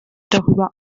darüber